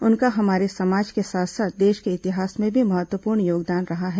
उनका हमारे समाज के साथ साथ देश के इतिहास में भी महत्वपूर्ण योगदान रहा है